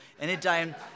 anytime